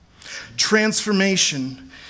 Transformation